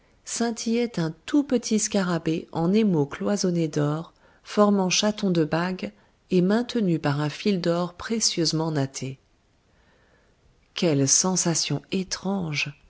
scintillait un tout petit scarabée en émaux cloisonnés d'or formant chaton de bague et maintenu par un fil d'or précieusement natté quelle sensation étrange